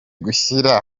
gushyira